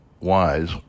wise